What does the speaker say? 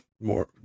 more